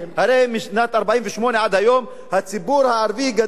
הרי משנת 1948 עד היום הציבור הערבי גדל פי-שבעה,